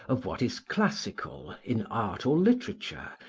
of what is classical, in art or literature,